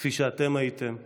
כפי שאתם הייתם עבורי.